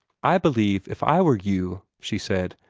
i believe if i were you, she said,